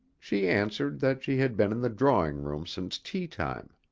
she answered that she had been in the drawing-room since tea-time.